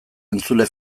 entzule